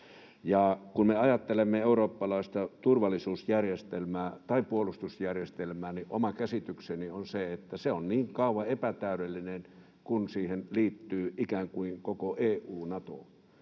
kun me ajattelemme eurooppalaista turvallisuusjärjestelmää tai puolustusjärjestelmää, oma käsitykseni on se, että se on niin kauan epätäydellinen kuin siihen liittyy ikään kuin koko EU